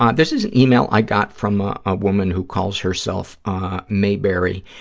um this is an yeah e-mail i got from a ah woman who calls herself ah mayberry.